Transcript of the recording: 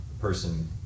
person